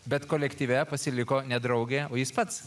bet kolektyve pasiliko ne draugė o jis pats